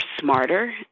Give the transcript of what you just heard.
smarter